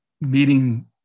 meeting